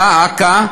דא עקא,